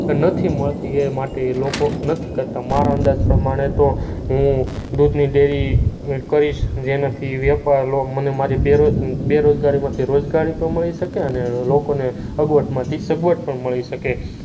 નથી મળતી એ માટે એ લોકો નથી કરતા મારા અંદાજ પ્રમાણે તો હું દૂધની ડેરી કરીશ જેનાથી વેપાર લો મને મારી બેરોજ બેરોજગારીમાંથી રોજગારી પણ મળી શકે અને લોકોને અગવડમાંથી સગવડ પણ મળી શકે